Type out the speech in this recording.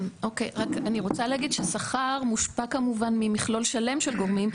אני רוצה להגיד ששכר מושפע כמובן ממכלול שלם של גורמים,